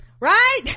right